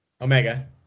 Omega